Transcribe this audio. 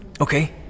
Okay